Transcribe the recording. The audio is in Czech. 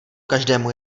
každému